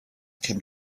came